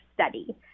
study